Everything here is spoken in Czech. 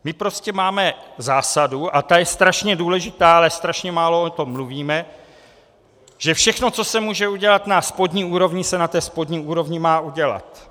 My prostě máme zásadu, a ta je strašně důležitá, ale strašně málo o tom mluvíme, že všechno, co se může udělat na spodní úrovni, se na té spodní úrovni má udělat.